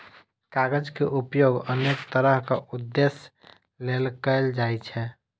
कागज के उपयोग अनेक तरहक उद्देश्य लेल कैल जाइ छै